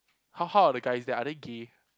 how how are the guys there are they gay